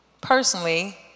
Personally